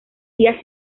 día